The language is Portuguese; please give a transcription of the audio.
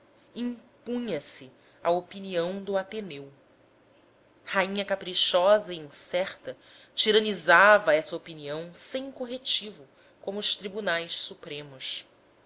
avultava impunha se a opinião do ateneu rainha caprichosa e incerta tiranizava essa opinião sem corretivo como os tribunais supremos